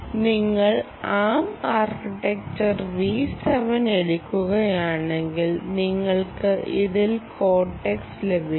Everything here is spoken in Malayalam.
നിങ്ങൾ ആo ആർക്കിടെക്ചർ V7 എടുക്കുകയാണെങ്കിൽ നിങ്ങൾക്ക് ഇതിൽ കോർട്ടെക്സ് ലഭിക്കും